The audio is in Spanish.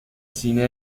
cine